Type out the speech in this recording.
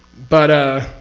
but ah.